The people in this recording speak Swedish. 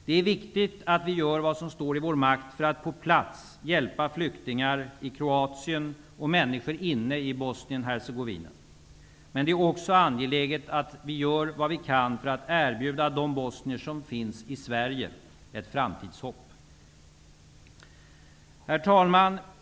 Det är viktigt att vi gör vad som står i vår makt för att på plats hjälpa flyktingar i Kroatien och människor inne i Bosnien-Hercegovina. Men det är också angeläget att vi gör vad vi kan för att erbjuda de bosnier som finns i Sverige ett framtidshopp. Herr talman!